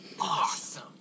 Awesome